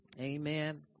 amen